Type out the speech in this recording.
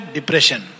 Depression